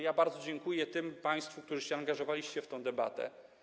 Ja bardzo dziękuję tym państwu, którzy się angażowali w tę debatę.